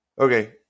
Okay